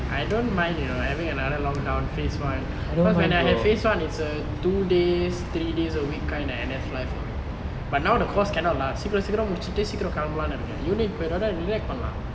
I don't mind you know having another lock down phase one cause when I have phase one it's a two days three days a week kind of N_S life for me but now the course cannot lah சீக்கிரம் சீக்கிரம் முடிச்சிட்டு சீக்கிரம் கெலம்பலாம்னு இருக்கென்:seekiram seekiram mudichitu seekiram kelambalaamnu irukken unit பேரோட:peroda deduct பண்லாம்:panlam